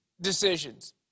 decisions